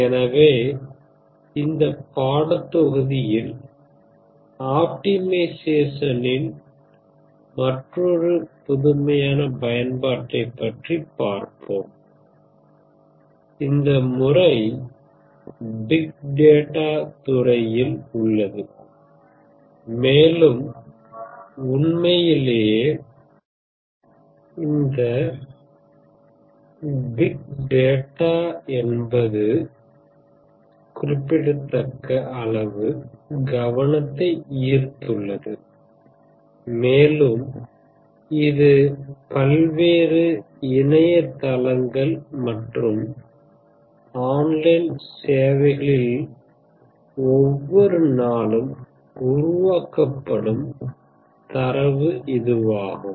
எனவே இந்த பாடப்தொகுதியில் ஆப்டிமிசேஸனின் மற்றொரு புதுமையான பயன்பாட்டைப் பற்றி பார்ப்போம் இந்த முறை பிக் டேட்டா துறையில் உள்ளது மேலும் உண்மையிலே இந்த பிக் டேட்டா என்பது குறிப்பிடத்தக்க அளவு கவனத்தை ஈர்த்ததுள்ளது மேலும் இது பல்வேறு இணையதளங்கள் மற்றும் ஆன்லைன் சேவைகளில் ஒவ்வொரு நாளும் உருவாக்கப்படும் தரவு இதுவாகும்